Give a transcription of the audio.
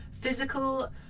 physical